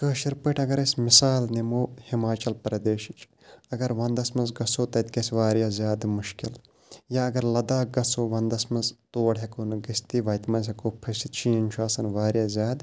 کٲشِر پٲٹھۍ اگر أسۍ مِثال نِمو ہِماچَل پردیشٕچ اگر وَنٛدَس منٛز گژھو تَتہِ گژھِ واریاہ زیادٕ مُشکِل یا اگر لَداخ گژھو وَنٛدَس منٛز تور ہیٚکو نہٕ گٔژھتھٕے وَتہِ منٛز ہٮ۪کو پھٔسِتھ شیٖن چھُ آسان واریاہ زیادٕ